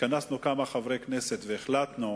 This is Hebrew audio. התכנסנו כמה חברי כנסת והחלטנו